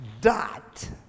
dot